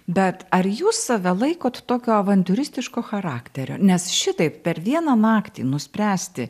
bet ar jūs save laikot tokio avantiūristiško charakterio nes šitaip per vieną naktį nuspręsti